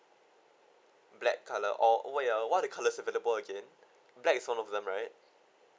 black colour or oh ya what are the colours available again back is one of them right